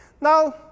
now